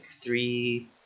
three